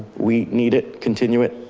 we need it, continue it.